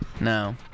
No